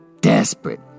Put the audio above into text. desperate